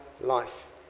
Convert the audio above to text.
life